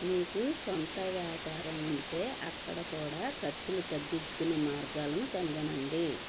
మీకు స్వంత వ్యాపారం ఉంటే అక్కడ కూడా ఖర్చులు తగ్గించుకునే మార్గాలను కనుగొనండి